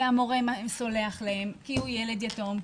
והמורה סולח להם כי הוא ילד יתום,